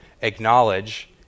acknowledge